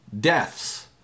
deaths